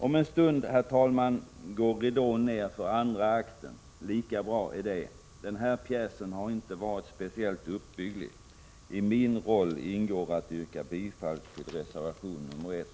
Om en stund, herr talman, går ridån ner för andra akten. Lika bra är det. Den här pjäsen har inte varit speciellt uppbygglig. I min roll ingår att yrka bifall till reservation nr 1.